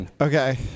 Okay